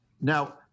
Now